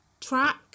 track